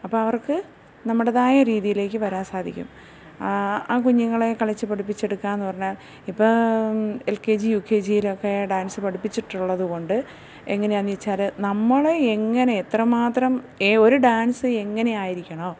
അപ്പം അവർക്ക് നമ്മുടേതായ രീതിയിലേക്ക് വരാൻ സാധിക്കും ആ കുഞ്ഞുങ്ങളെ കളിച്ച് പഠിപ്പിച്ചെടുക്കുക എന്ന് പറഞ്ഞാൽ ഇപ്പം L K G U K G ലൊക്കെ ഡാൻസ് പഠിപ്പിച്ചിട്ടുള്ളത് കൊണ്ട് എങ്ങനെയാണെന്ന് വെച്ചാൽ നമ്മൾ എങ്ങനെ എത്രമാത്രം ഒരു ഡാൻസ് എങ്ങനെ ആയിരിക്കണൊ